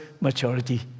maturity